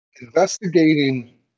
Investigating